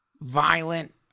violent